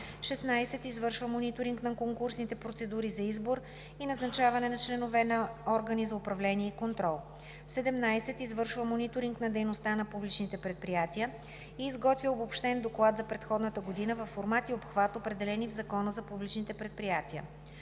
16. извършва мониторинг на конкурсните процедури за избор и назначаване на членове на органи за управление и контрол; 17. извършва мониторинг на дейността на публичните предприятия и изготвя обобщен доклад за предходната година във формат и обхват, определени в Закона за публичните предприятия;